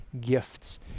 gifts